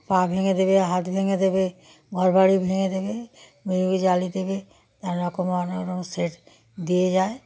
পা ভেঙে দেবে হাত ভেঙে দেবে ঘরবাড়ি ভেঙে দেবে জ্বালিয়ে দেবে নানারকম অনেকরকম সে দিয়ে যায়